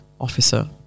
officer